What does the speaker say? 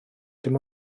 dim